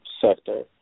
sector